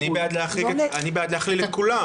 אני בעד להכליל את כולם.